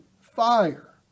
fire